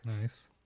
Nice